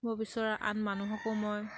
ব বিচৰা আন মানুহকো মই